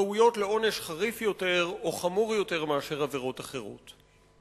ראויות לעונש חריף יותר או חמור יותר מאשר עבירות אחרות.